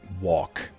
walk